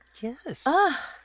Yes